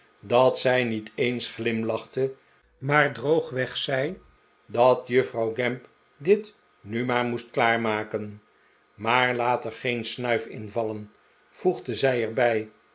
dat zij niet eens glimlachte maar droogweg zei dat juffrouw gamp dit nu maar moest klaarmaken maar laat er geen snuif in vallen voegde zij er